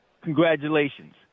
Congratulations